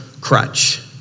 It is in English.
crutch